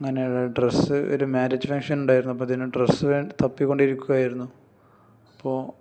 അങ്ങനെയുള്ള ഡ്രസ്സ് ഒരു marriage function ഉണ്ടായിരുന്നു അപ്പം അതിന് ഡ്രസ്സ് വേ തപ്പിക്കൊണ്ടിരിക്കുവായിരുന്നു അപ്പോൾ